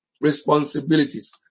Responsibilities